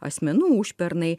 asmenų užpernai